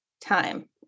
time